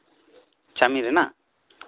chowmein ᱨᱮᱱᱟᱜ